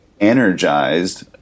energized